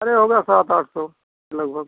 अरे होगा सात आठ सौ लगभग